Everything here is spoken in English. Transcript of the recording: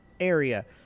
area